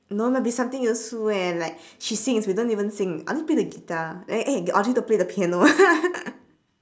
no lah be something useful eh and like she sings we don't sing I only play the guitar eh eh get audrey to play the piano